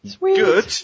good